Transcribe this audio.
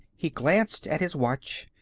he glanced at his watch.